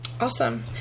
awesome